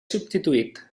substituït